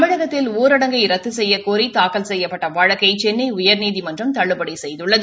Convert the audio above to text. தமிழகத்தில் ஊரடங்கை ரத்து செய்யக்கோரி தாக்கல் செய்யப்பட்ட வழக்கினை சென்னை உயர்நீதிமன்றம் தள்ளுபடி செய்குள்ளது